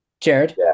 Jared